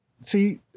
See